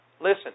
Listen